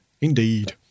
Indeed